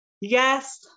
yes